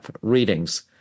readings